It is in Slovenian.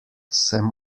sem